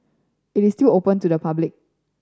it still open to the public